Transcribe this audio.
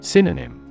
Synonym